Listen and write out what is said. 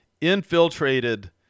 infiltrated